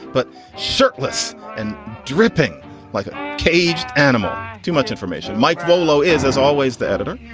but shirtless and dripping like a caged animal. too much information. mike volo is, as always, the editor.